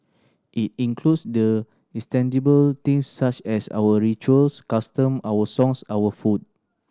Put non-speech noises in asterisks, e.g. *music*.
it includes the *unintelligible* things such as our rituals customs our songs our food